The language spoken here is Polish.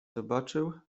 zobaczył